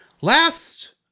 Last